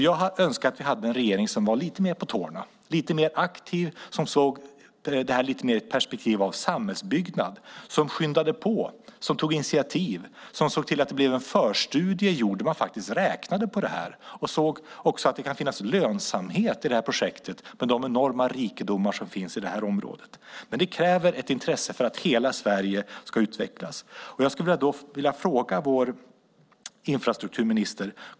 Jag önskar att vi hade en regering som var lite mer på tårna, lite mer aktiv, som såg det här lite mer ur ett samhällsbyggnadsperspektiv, som skyndade på, som tog initiativ, som såg till att det blev en förstudie gjord där man faktiskt räknade på det här och som också såg att det kan finnas lönsamhet i det här projektet med de enorma rikedomar som finns i området. Men det kräver ett intresse för att hela Sverige ska utvecklas. Jag skulle vilja ställa en fråga till vår infrastrukturminister.